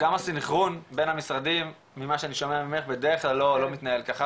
גם הסנכרון בין המשרדים ממה שאני שומע ממך בדרך כלל לא מתנהל ככה,